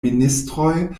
ministroj